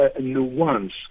nuance